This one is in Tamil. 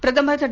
பிரதமர் திரு